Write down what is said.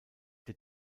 der